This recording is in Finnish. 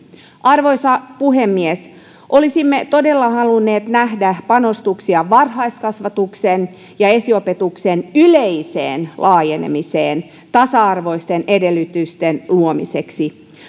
arvoisa puhemies olisimme todella halunneet nähdä panostuksia varhaiskasvatuksen ja esiopetuksen yleiseen laajenemiseen tasa arvoisten edellytysten luomiseksi